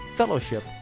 fellowship